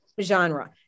genre